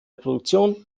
produktion